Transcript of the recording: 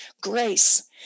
Grace